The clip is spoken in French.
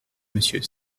monsieur